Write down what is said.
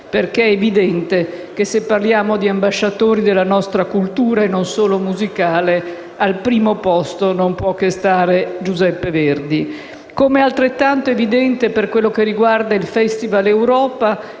Infatti è evidente che se parliamo di ambasciatori della nostra cultura, non solo musicale, al primo posto non possiamo che trovare Giuseppe Verdi. Com'è altrettanto evidente, per quanto riguarda il Festivaleuropa,